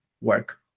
work